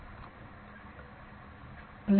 विद्यार्थीः प्लेन